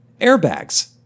airbags